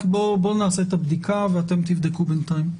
נעשה את הבדיקה ואתם תבדקו בינתיים.